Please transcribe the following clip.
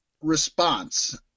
response